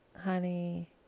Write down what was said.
honey